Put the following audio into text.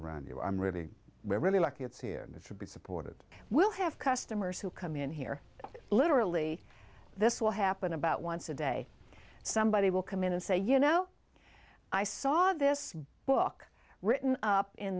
around you i'm really really lucky it's here to be supported we'll have customers who come in here literally this will happen about once a day somebody will come in and say you know i saw this book written up in